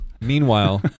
Meanwhile